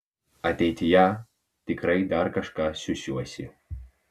ateityje tikrai dar kažką siųsiuosi